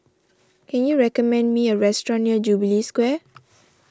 can you recommend me a restaurant near Jubilee Square